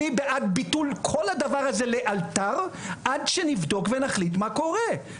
אני בעד ביטול כל הדבר הזה לאלתר עד שנבדוק ונחליט מה קורה,